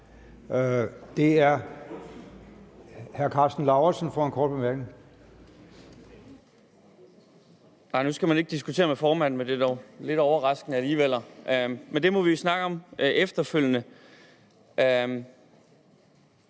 Det er hr. Karsten Lauritzen for en kort bemærkning.